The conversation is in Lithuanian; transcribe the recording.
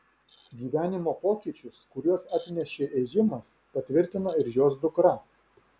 gyvenimo pokyčius kuriuos atnešė ėjimas patvirtina ir jos dukra